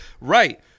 right